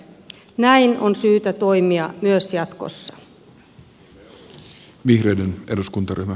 näin on syytä toimia myös jatkossa